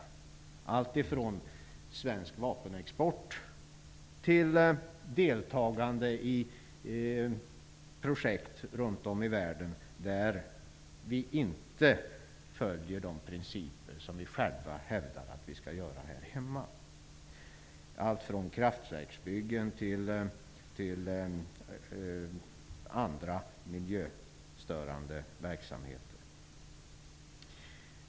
Det gäller allt ifrån svensk vapenexport till deltagande i projekt runt om i världen där vi inte följer de principer som vi hävdar att vi skall göra här hemma. Det kan vara kraftverksbyggen och andra miljöstörande verksamheter.